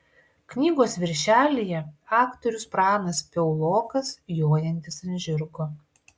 knygos viršelyje aktorius pranas piaulokas jojantis ant žirgo